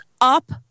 up